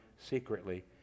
secretly